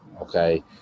okay